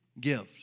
gift